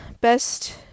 best